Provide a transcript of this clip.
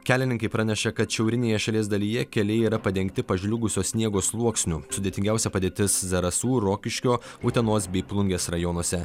kelininkai praneša kad šiaurinėje šalies dalyje keliai yra padengti pažliugusio sniego sluoksniu sudėtingiausia padėtis zarasų rokiškio utenos bei plungės rajonuose